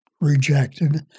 rejected